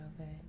Okay